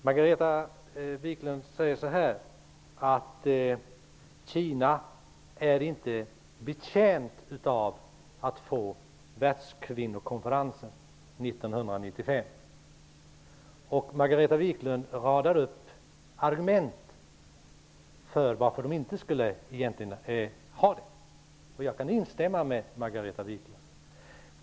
Margareta Viklund säger att Kina inte har gjort sig förtjänt av att få världskvinnokonferensen 1995 och radar upp argument för det. Jag kan instämma med henne.